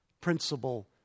principle